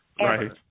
Right